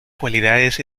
cualidades